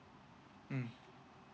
mm